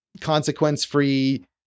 consequence-free